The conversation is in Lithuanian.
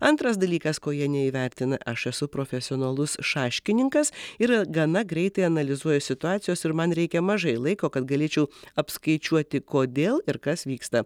antras dalykas ko jie neįvertina aš esu profesionalus šaškininkas ir gana greitai analizuoju situacijas ir man reikia mažai laiko kad galėčiau apskaičiuoti kodėl ir kas vyksta